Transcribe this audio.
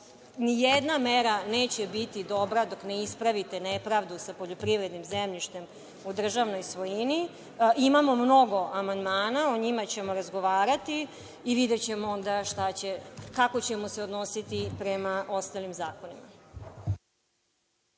Ni jedna mera neće biti dobra dok ne ispravite nepravdu sa poljoprivrednim zemljištem u državnoj svojini. Imamo mnogo amandmana, o njima ćemo razgovarati i videćemo onda kako ćemo se odnositi prema ostalim zakonima.